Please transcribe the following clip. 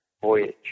voyage